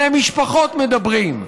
בני משפחות מדברים,